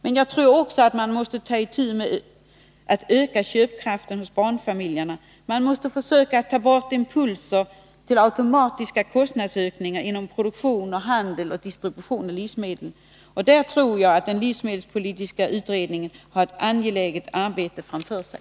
Men man måste också ta itu med uppgiften att öka köpkraften hos barnfamiljerna och ta bort impulser till automatiska kostnadsökningar inom produktion, handel och distribution av livsmedel. Där tror jag att den livsmedelspolitiska utredningen har ett angeläget arbete framför sig.